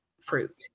fruit